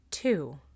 Two